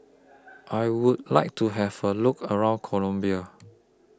I Would like to Have A Look around Colombia